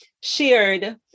shared